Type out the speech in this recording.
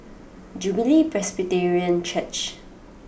Jubilee Presbyterian Church